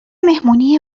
مهمونی